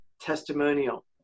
testimonial